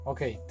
Okay